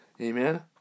Amen